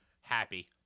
Happy